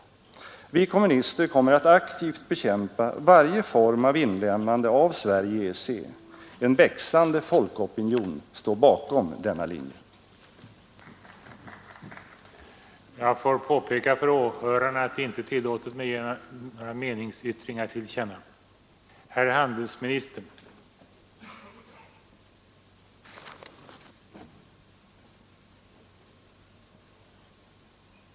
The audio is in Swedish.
Vi kommunister kommer att aktivt bekämpa varje form av inlemmande av Sverige i EEC. En växande folkopinion står bakom denna linje. vice talmannen: Jag vill erinra om att meningsyttringar från åhörare inte är tillåtna.)